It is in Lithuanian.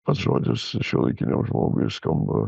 pats žodis šiuolaikiniam žmogui skamba